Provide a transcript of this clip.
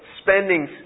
Spending